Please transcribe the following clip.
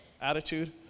attitude